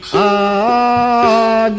aa